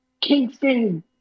Kingston